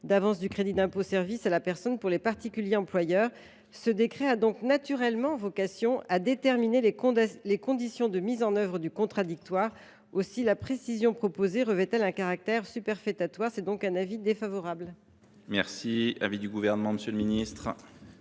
d’avance de crédit d’impôt pour les services à la personne pour les particuliers employeurs. Ce décret a donc naturellement vocation à déterminer les conditions de mise en œuvre du contradictoire. Aussi la précision proposée revêt elle un caractère superfétatoire. J’émets par conséquent un avis défavorable. Quel est l’avis du Gouvernement ? La possibilité